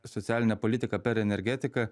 socialinė politika per energetiką